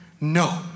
No